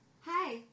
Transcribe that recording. Hi